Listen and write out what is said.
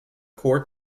core